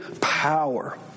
power